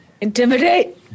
Intimidate